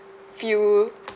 few